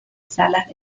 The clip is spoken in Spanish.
salas